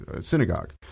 synagogue